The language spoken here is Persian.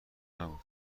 نبود